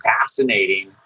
fascinating